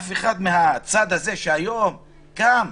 אף אחד מהצד הזה שקם היום